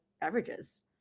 beverages